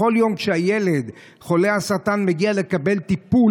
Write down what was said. בכל יום שילד חולה סרטן מגיע לקבל טיפול